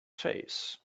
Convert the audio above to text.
face